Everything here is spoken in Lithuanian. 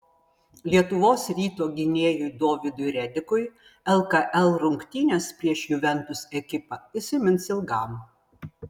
lietuvos ryto gynėjui dovydui redikui lkl rungtynės prieš juventus ekipą įsimins ilgam